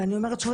ואני אומרת שוב,